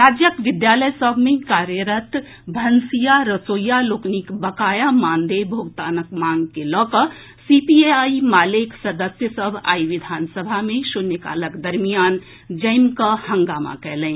राज्यक विद्यालय सभ मे कार्यरत भनसिया लोकनिक बकाया मानदेय भोगतानक मांग के लऽ कऽ सीपीआई माले सदस्य सभ आई विधानसभा मे शुन्यकालक दरमियान जमिकऽ हंगामा कएलनि